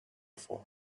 force